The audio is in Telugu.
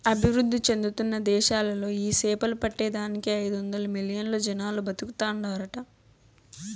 అభివృద్ధి చెందుతున్న దేశాలలో ఈ సేపలు పట్టే దానికి ఐదొందలు మిలియన్లు జనాలు బతుకుతాండారట